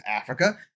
Africa